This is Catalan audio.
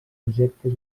projectes